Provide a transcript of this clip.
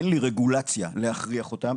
אין לי רגולציה כדי להכריח אותן.